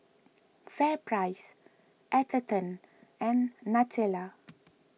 FairPrice Atherton and Nutella